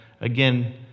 again